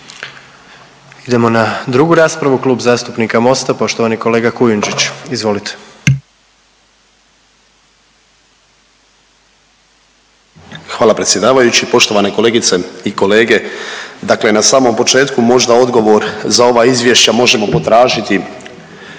Idemo na drugu raspravu Klub zastupnika MOST-a, poštovani kolega Kujundžić, izvolite. **Kujundžić, Ante (MOST)** Hvala predsjedavajući. Poštovane kolege i kolege, dakle na samom početku možda odgovor za ova izvješća možemo potražiti